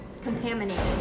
contaminated